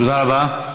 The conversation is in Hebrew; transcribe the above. תודה רבה.